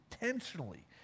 intentionally